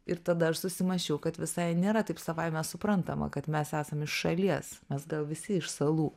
ir tada aš susimąsčiau kad visai nėra taip savaime suprantama kad mes esam iš šalies mes visi iš salų